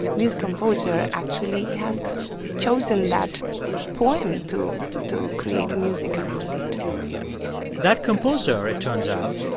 this composer actually has chosen that poem to to create music around it that composer, it turns out,